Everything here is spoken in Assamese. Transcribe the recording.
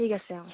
ঠিক আছে অ